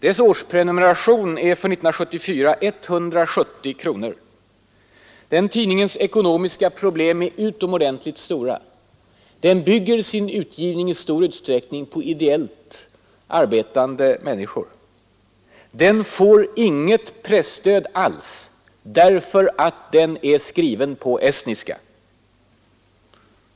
Dess årsprenumeration för 1974 kostar 170 kronor. Den tidningens ekonomiska problem är utomordentligt stora. Den bygger sin utgivning i stor utsträckning på ideellt arbetande människor. Den får inget presstöd alls därför att den är skriven på estniska.